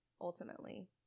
ultimately